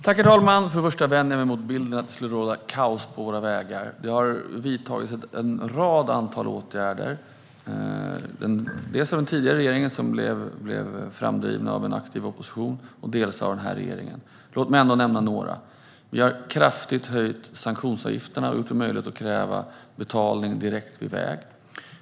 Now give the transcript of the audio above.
Herr talman! För det första vänder jag mig emot bilden att det skulle råda kaos på våra vägar. Det har vidtagits en rad åtgärder, både av den tidigare regeringen - då framdrivna av en aktiv opposition - och av nuvarande regering. Bland annat har vi höjt sanktionsavgifterna kraftigt och gjort det möjligt att kräva betalning direkt vid vägen.